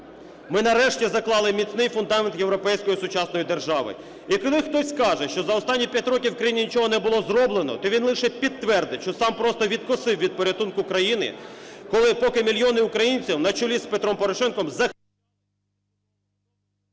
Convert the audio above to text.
Ми нарешті заклали міцний фундамент європейської сучасної держави. І коли хтось скаже, що за останні 5 років в країні нічого не було зроблено, то він лише підтвердить, що сам просто "відкосив" від порятунку країни, коли… поки мільйони українців на чолі з Петром Порошенком… ГОЛОВУЮЧИЙ.